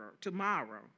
tomorrow